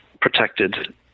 protected